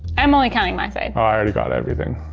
i'm only counting my side. i already got everything.